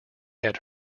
had